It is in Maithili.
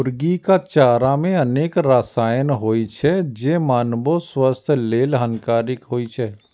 मुर्गीक चारा मे अनेक रसायन होइ छै, जे मानवो स्वास्थ्य लेल हानिकारक होइ छै